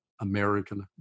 American